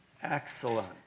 Excellent